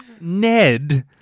Ned